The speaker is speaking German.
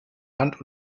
hand